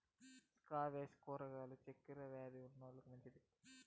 squash కూరగాయలు చక్కర వ్యాది ఉన్నోలకి మంచివి